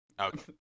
Okay